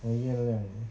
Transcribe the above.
我原谅你